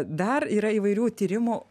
dar yra įvairių tyrimų